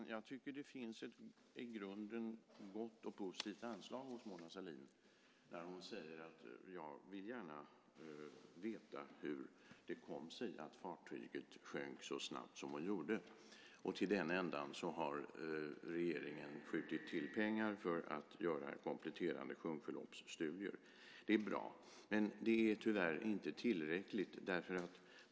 Herr talman! Det finns ett i grunden gott och positivt anslag hos Mona Sahlin när hon säger att hon gärna vill veta hur det kom sig att fartyget sjönk så snabbt som hon gjorde. Till den ändan har regeringen skjutit till pengar för att göra kompletterande sjunkförloppsstudier. Det är bra. Men det är tyvärr inte tillräckligt.